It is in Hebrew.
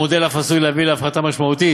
המודל אף עשוי להביא להפחתה משמעותית